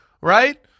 right